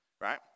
right